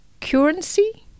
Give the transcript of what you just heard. currency